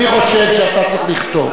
אני חושב שאתה צריך לכתוב.